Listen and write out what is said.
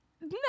No